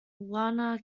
lana